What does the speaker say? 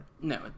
No